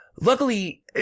luckily